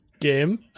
game